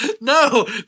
No